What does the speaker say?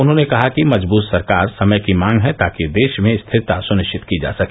उन्होंने कहा कि मजबूत सरकार समय की मांग है ताकि देश में स्थिरता सुनिश्चित की जा सके